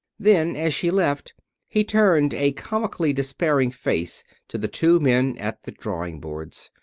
then as she left he turned a comically despairing face to the two men at the drawing boards.